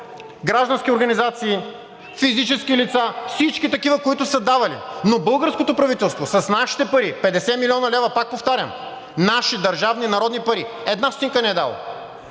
граждански организации, физически лица, всички такива, които са давали, но българското правителство с нашите пари – 50 млн. лв., пак повтарям, наши, държавни, народни пари, една стотинка не е дало.